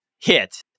hit